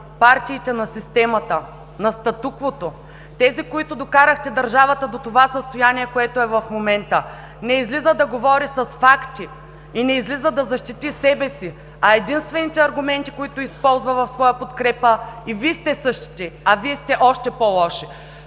партиите на системата, на статуквото, тези, които докарахте държавата до това състояние, което е в момента, не излиза да говори с факти и не излиза да защити себе си, а единствените аргументи, които използва в своя подкрепа, са: „И Вие сте същите!“, „А Вие сте още по лоши!“.